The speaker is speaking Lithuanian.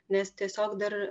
nes tiesiog dar